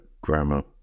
grammar